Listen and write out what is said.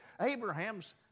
Abraham's